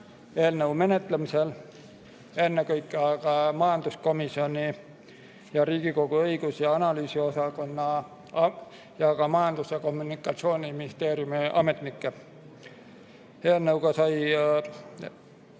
eelnõu menetlemisel, ennekõike aga majanduskomisjoni ja Riigikogu õigus- ja analüüsiosakonna ning ka Majandus- ja Kommunikatsiooniministeeriumi ametnikke. Eelnõuga sai